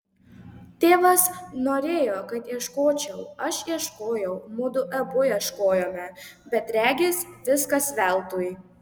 tėvas norėjo kad ieškočiau aš ieškojau mudu abu ieškojome bet regis viskas veltui